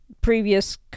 previous